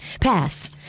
pass